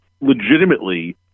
legitimately